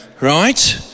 right